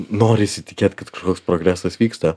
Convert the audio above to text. norisi tikėt kad kažkoks progresas vyksta